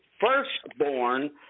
firstborn